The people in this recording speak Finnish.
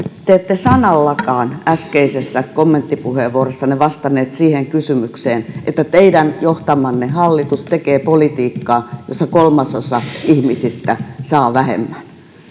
te ette sanallakaan äskeisessä kommenttipuheenvuorossanne vastanneet siihen kysymykseen että teidän johtamanne hallitus tekee politiikkaa jossa kolmasosa ihmisistä saa vähemmän